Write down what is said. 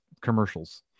commercials